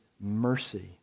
mercy